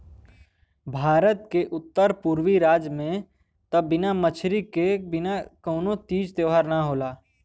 भारत के उत्तर पुरबी राज में त बिना मछरी के बिना कवनो तीज त्यौहार ना होला